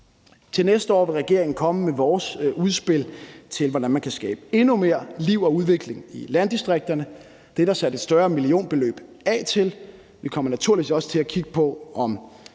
Til næste år vil vi i regeringen komme med vores udspil til, hvordan man kan skabe endnu mere liv og udvikling i landdistrikterne. Det er der sat et større millionbeløb af til. Vi kommer naturligvis også til at kigge på, om